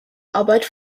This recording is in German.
arbeit